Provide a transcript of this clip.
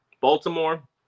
Baltimore